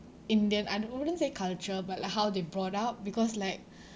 indian I wouldn't say culture but like how they brought up because like